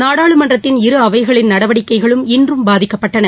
நாடாளுமன்றத்தின் இரு அவைகளின் நடவடிக்கைகளும் இன்றும் பாதிக்கப்பட்டன